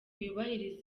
yubahiriza